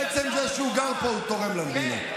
עצם זה שהוא גר פה הוא תרומה למדינה.